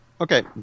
Okay